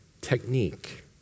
technique